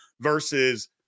versus